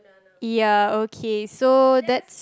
ya okay so that's